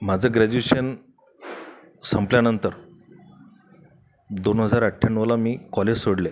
माझं ग्रॅज्युएशन संपल्यानंतर दोन हजार अठ्ठ्याण्णवला मी कॉलेज सोडले